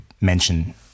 mention